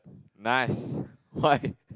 nice white